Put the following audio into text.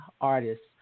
artists